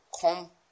come